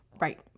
right